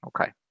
Okay